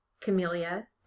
Camellia